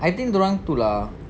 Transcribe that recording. I think dorang tu lah